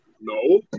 No